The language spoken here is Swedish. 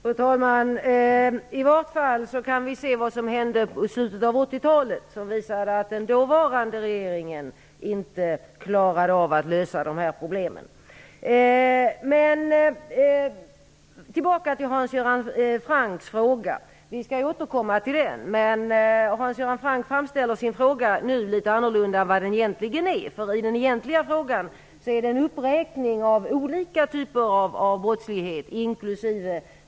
Fru talman! I vart fall kan vi se vad som hände i slutet av 80-talet. Det visade sig att den dåvarande regeringen inte klarade av att lösa de här problemen. Jag skall återkomma till Hans Göran Francks fråga. Hans Göran Franck framställer nu sin fråga litet annorlunda. Den egentliga frågan innehöll ju en uppräkning av olika typer av brottslighet, inkl.